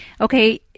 okay